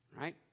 Right